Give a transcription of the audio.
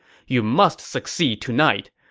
you must succeed tonight.